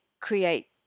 create